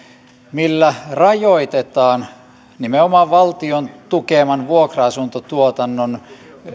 millä rajoitetaan nimenomaan valtion tukeman vuokra asuntotuotannon